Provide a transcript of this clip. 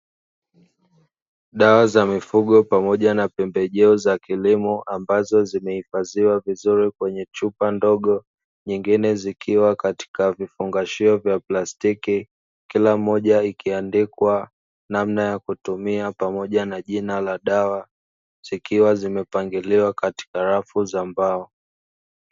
Dawa za mifugo pamoja na pembejeo za kilimo ambazo zimehifadhiwa vizuri kwenye chupa ndogo, nyingine zikiwa katika vifungashio vya plastiki kila moja ikiandikwa namna ya kutumia, pamoja na jina la dawa zikiwa zimepangiliwa katika rafu za mbao.